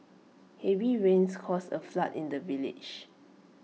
heavy rains caused A flood in the village